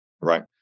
right